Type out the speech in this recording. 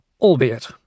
albeit